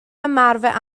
ymarfer